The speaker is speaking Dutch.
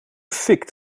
fik